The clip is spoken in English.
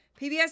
PBS